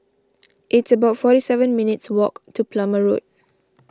it's about forty seven minutes' walk to Plumer Road